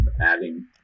adding